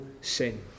sin